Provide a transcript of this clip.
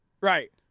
right